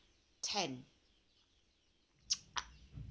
ten